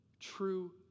true